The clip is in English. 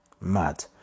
Mad